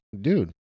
dude